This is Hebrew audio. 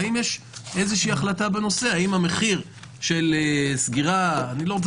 והאם יש איזושהי החלטה בנושא המחיר של סגירה אני לא רוצה